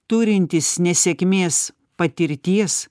turintis nesėkmės patirties